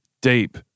deep